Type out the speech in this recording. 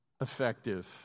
effective